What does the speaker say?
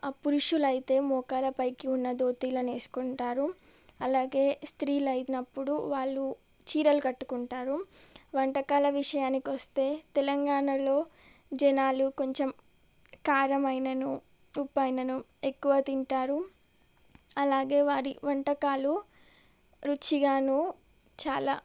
పురుషులైతే మోకాళ్ళ పైకి ఉన్న ధోతీలను వేసుకుంటారు అలాగే స్త్రీలు అయినప్పుడు వాళ్ళు చీరలు కట్టుకుంటారు వంటకాల విషయానికొస్తే తెలంగాణలో జనాలు కొంచెం కారమైనను ఉప్పైనను ఎక్కువ తింటారు అలాగే వారి వంటకాలు రుచిగాను చాలా